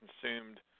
consumed